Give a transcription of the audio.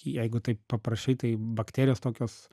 jeigu taip paprašai tai bakterijos tokios